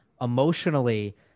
emotionally